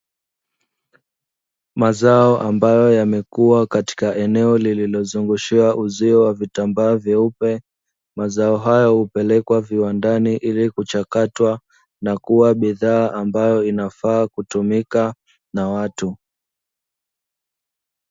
Mazao ambayo yamekuwa katika eneo lililozungushiwa uzio wa vitambaa vyeupe, mazao hayo hupelekwa viwandani ili kuchakatwa na kuwa bidhaa ambayo inafaa kutumika na watu.